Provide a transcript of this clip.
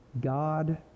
God